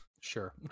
sure